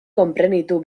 konprenitu